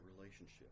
relationship